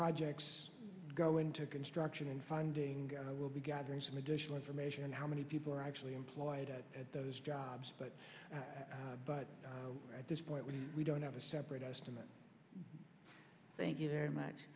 projects go into construction and finding out i will be gathering some additional information how many people are actually employed at those jobs but but at this point we don't have a separate estimate thank you very much